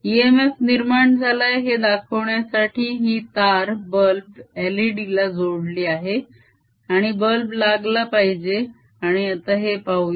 EMF निर्माण झालाय हे दाखवण्यासाठी ही तार बल्ब ला जोडली आहे आणि बल्ब लागला पाहिजे आणि हे आता पाहूया